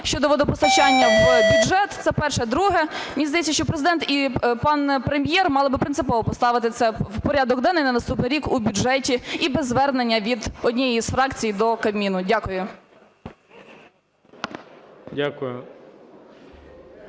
щодо водопостачання в бюджет. Це перше. Друге. Мені здається, що Президент і пан Прем'єр мали би принципово поставити це в порядок денний на наступний рік у бюджеті і без звернення від однієї із фракцій до Кабміну. Дякую.